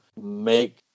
make